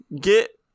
Get